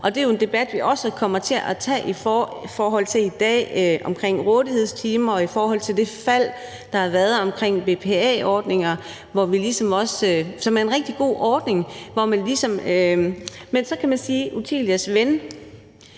år. Det er jo en debat, vi også kommer til at tage i forhold til i dag omkring rådighedstimer og i forhold til det fald, der har været omkring BPA-ordninger, som er en rigtig god ordning. Men Otilias ven